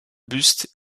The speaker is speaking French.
buste